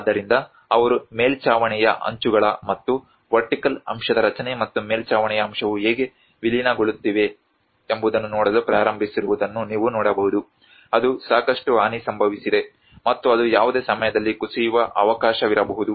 ಆದ್ದರಿಂದ ಅವರು ಮೇಲ್ಛಾವಣಿಯ ಅಂಚುಗಳು ಮತ್ತು ವರ್ಟಿಕಲ್ ಅಂಶದ ರಚನೆ ಮತ್ತು ಮೇಲ್ಛಾವಣಿಯ ಅಂಶವು ಹೇಗೆ ವಿಲೀನಗೊಳ್ಳುತ್ತಿದೆ ಎಂಬುದನ್ನು ನೋಡಲು ಪ್ರಾರಂಭಿಸಿರುವುದನ್ನು ನೀವು ನೋಡಬಹುದು ಅದು ಸಾಕಷ್ಟು ಹಾನಿ ಸಂಭವಿಸಿದೆ ಮತ್ತು ಅದು ಯಾವುದೇ ಸಮಯದಲ್ಲಿ ಕುಸಿಯುವ ಅವಕಾಶವಿರಬಹುದು